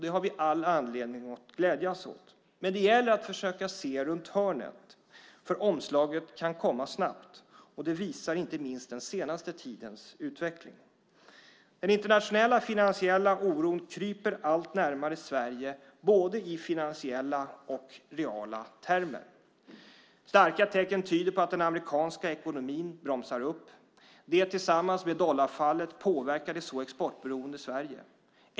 Det har vi all anledning att glädjas åt. Men det gäller att försöka se runt hörnet, för omslaget kan komma snabbt. Det visar inte minst den senaste tidens utveckling. Den internationella finansiella oron kryper allt närmare Sverige både i finansiella och i reala termer. Starka tecken tyder på att den amerikanska ekonomin bromsar upp. Det tillsammans med dollarfallet påverkar det så exportberoende Sverige.